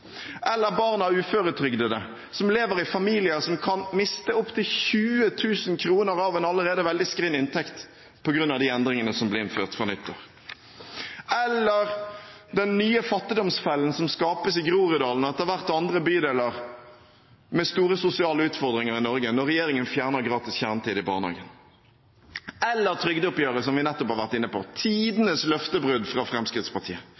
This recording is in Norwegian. uføretrygdede som lever i familier som kan miste opptil 20 000 kr av en allerede veldig skrinn inntekt, på grunn av de endringene som ble innført fra nyttår. Det gjelder den nye fattigdomsfellen som skapes i Groruddalen og etter hvert i andre bydeler med store sosiale utfordringer i Norge, når regjeringen fjerner gratis kjernetid i barnehagen. Det gjelder også trygdeoppgjøret som vi nettopp har vært inne på, tidenes løftebrudd fra Fremskrittspartiet.